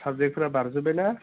साबजेक्टफ्रा बारजोब्बाय ना